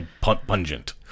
pungent